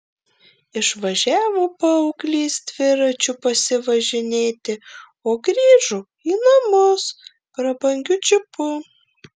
išvažiavo paauglys dviračiu pasivažinėti o grįžo į namus prabangiu džipu